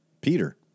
Peter